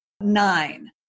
nine